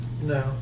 No